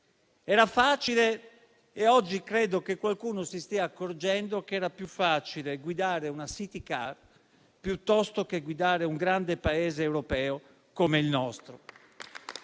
era facile e oggi credo che qualcuno si stia accorgendo che era più facile guidare una *city car* piuttosto che guidare un grande Paese europeo come il nostro.